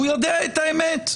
הוא יודע את האמת,